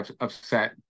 upset